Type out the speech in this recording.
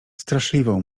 straszliwą